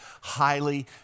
highly